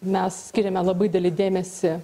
mes skiriame labai didelį dėmesį